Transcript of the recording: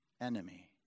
enemy